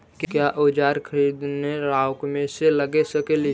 क्या ओजार खरीदने ड़ाओकमेसे लगे सकेली?